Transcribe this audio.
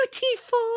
beautiful